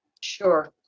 Sure